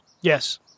Yes